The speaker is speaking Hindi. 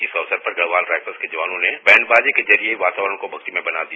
इस अवसर पर गढ़वाल राइफल के जवानों ने बैंड बाजों के जरिये वातावरण को भक्तिमय बना दिया